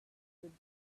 would